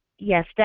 Yes